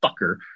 fucker